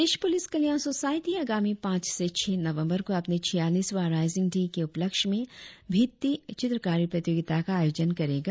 प्रदेश police कल्याण society आगामी पांच से छह नवबंर को अपने छियालीसवां राईजिंग डे के उपलक्ष्य में भित्ति चित्रकारी प्रतियोगिता का आयोजन करेगा